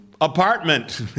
apartment